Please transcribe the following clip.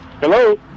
Hello